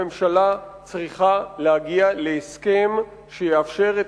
הממשלה צריכה להגיע להסכם שיאפשר את